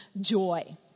joy